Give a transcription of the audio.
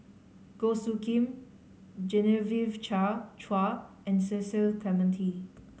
Goh Soo Khim Genevieve Chua and Cecil Clementi